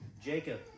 Jacob